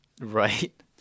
Right